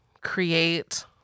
create